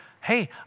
hey